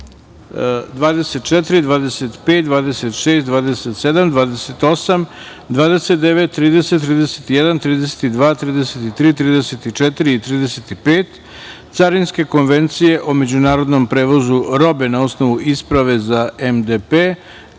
24, 25, 26, 27, 28, 29, 30, 31, 32, 33, 34 i 35 Carinske konvencije o međunarodnom prevozu robe na osnovu isprave za MDP